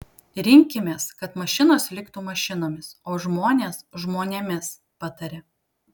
rinkimės kad mašinos liktų mašinomis o žmonės žmonėmis pataria